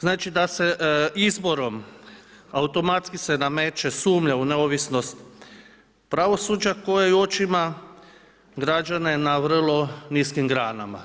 Znači da se izborom, automatski se nameće sumnja u neovisnost pravosuđa koja u očima građana je na vrlo niskim granama.